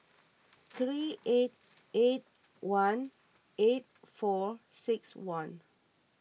three eight eight one eight four six one